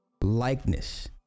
likeness